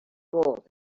gold